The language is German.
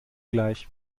gleich